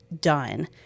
done